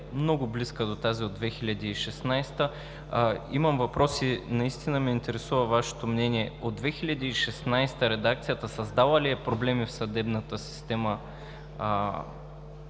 много близка до тази от 2016 г., имам въпрос и наистина ме интересува Вашето мнение: редакцията от 2016 г. създала ли е проблеми в съдебната система?